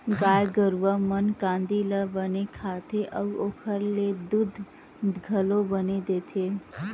गाय गरूवा मन कांदी ल बने खाथे अउ ओखर ले दूद घलो बने देथे